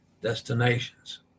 destinations